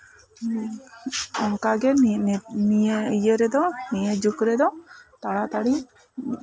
ᱚᱝᱠᱟᱜᱮ ᱱᱤᱭᱟᱹ ᱤᱭᱟᱹ ᱨᱮᱫᱚ ᱱᱤᱭᱟᱹ ᱡᱩᱜᱽ ᱨᱮᱫᱚ ᱛᱟᱲᱟᱛᱟᱲᱤ